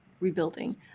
rebuilding